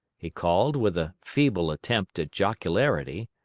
he called, with a feeble attempt at jocularity.